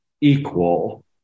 equal